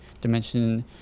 Dimension